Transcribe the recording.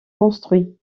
construits